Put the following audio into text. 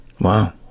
Wow